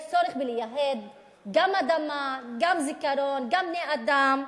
יש צורך לייהד גם אדמה, גם זיכרון, גם בני-אדם,